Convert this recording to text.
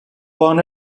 born